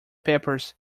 peppers